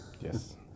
Yes